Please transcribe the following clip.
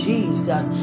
Jesus